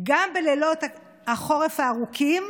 גם בלילות החורף הארוכים